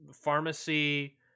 pharmacy